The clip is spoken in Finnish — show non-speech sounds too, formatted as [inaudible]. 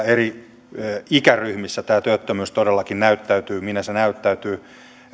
[unintelligible] eri ikäryhmissä työttömyys todellakin näyttäytyy minä se näyttäytyy